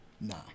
Nah